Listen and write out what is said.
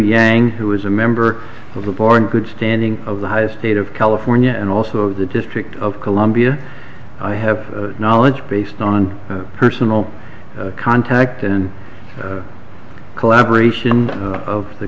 yang who is a member of the bar in good standing of the high state of california and also the district of columbia i have knowledge based on personal contact and collaboration of the